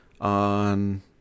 on